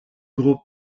groupe